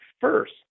first